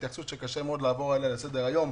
התייחסות שקשה מאוד לעבור עליה לסדר היום.